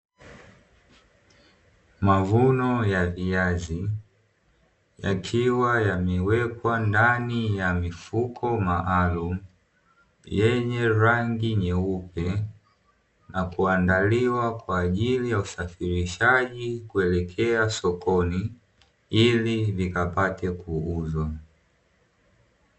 Mavuno ya viazi, yakiwa yamewekwa ndani ya mifuko maalumu, yenye rangi nyeupe, na kuandaliwa kwa ajili ya usafirishaji kuelekea sokoni, ili vikapate kuuzwa.